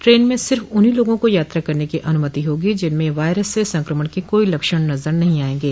train में सिर्फ उन्हीं लोगों को यात्रा करने की अनुमति होगी जिनमें वायरस से संक्रमण के कोई लक्षण नजर नहीं आएंगे